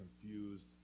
confused